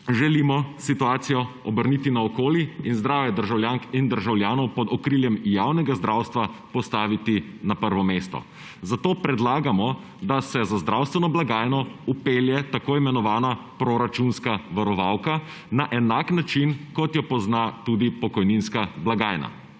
želimo situacijo obrniti naokoli in zdravje državljank in državljanov pod okriljem javnega zdravstva postaviti na prvo mesto, zato predlagamo, da se za zdravstveno blagajno vpelje tako imenovana proračunska varovalka na enak način, kot jo pozna tudi pokojninska blagajna.